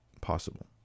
possible